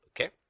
Okay